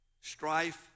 strife